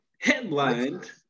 headlined